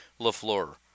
Lafleur